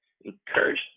Encourage